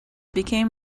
became